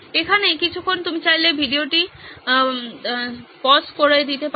এখানে কিছুক্ষণ আপনি চাইলে ভিডিওটি বিরতি দিতে পারেন